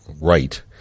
right